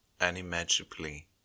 unimaginably